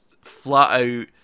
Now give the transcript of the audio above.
flat-out